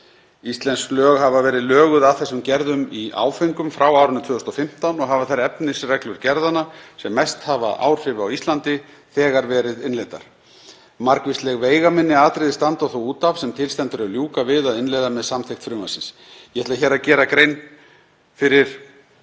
Íslensk lög hafa verið löguð að þessum gerðum í áföngum frá árinu 2015 og hafa þær efnisreglur gerðanna sem mest hafa áhrif á Íslandi þegar verið innleiddar. Margvísleg veigaminni atriði standa þó út af sem til stendur að ljúka við að innleiða með samþykkt frumvarpsins. Ég ætla hér að gera grein fyrir